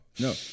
No